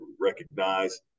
recognize